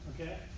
Okay